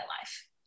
life